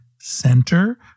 Center